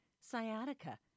sciatica